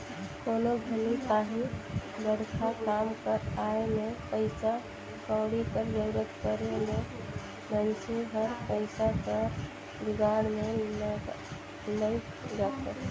कोनो घनी काहीं बड़खा काम कर आए में पइसा कउड़ी कर जरूरत परे में मइनसे हर पइसा कर जुगाड़ में लइग जाथे